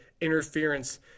interference